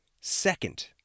Second